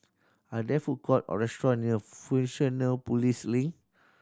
are there food court or restaurant near Fusionopolis Link